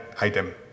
item